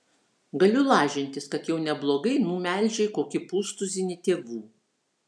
galiu lažintis kad jau neblogai numelžei kokį pustuzinį tėvų